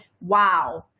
Wow